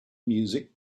music